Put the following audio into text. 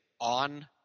on